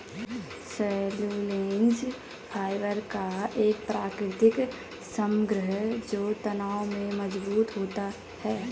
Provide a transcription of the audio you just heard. cellulose fibre का एक प्राकृतिक समग्र जो तनाव में मजबूत होता है